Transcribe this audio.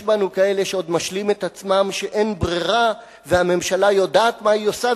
יש בנו כאלה שעוד משלים את עצמם שאין ברירה והממשלה יודעת מה היא עושה,